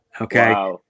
okay